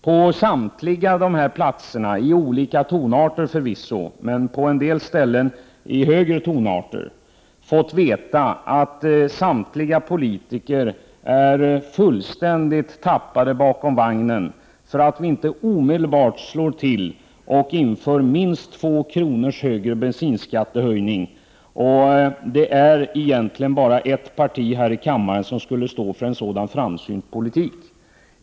På samtliga platser har man i olika tonarter, men på en del håll i högre tonarter, gjort gällande att alla politiker är fullständigt tappade bakom vagnen, eftersom de inte omedelbart slår till och genomför en bensinskattehöjning på minst två kronor. Egentligen är det bara ett parti här i kammaren som skulle stå för en sådan framsynt politik.